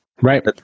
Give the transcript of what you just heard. right